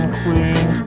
queen